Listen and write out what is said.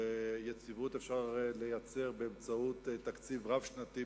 ויציבות אפשר לייצר באמצעות תקציב רב-שנתי.